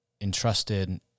entrusted